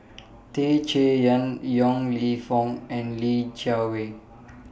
Tan Chay Yan Yong Lew Foong and Li Jiawei